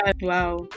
wow